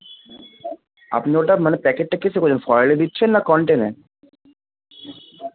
আপনি ওটা মানে প্যাকেটটা কিসে কচ্ছেন ফয়েলে দিচ্ছেন না কন্টেনারে